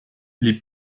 les